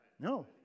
No